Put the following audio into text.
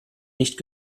nicht